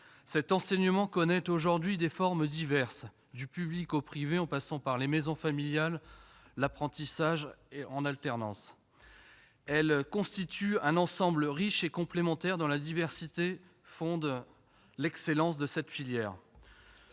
Cet enseignement connaît aujourd'hui des formes diverses, du secteur public au secteur privé en passant par les maisons familiales rurales et l'apprentissage en alternance. Ces formes constituent un ensemble riche et complémentaire, dont la diversité fonde l'excellence de la filière.